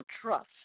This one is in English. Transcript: trust